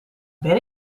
ben